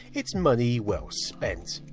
it's money well spent.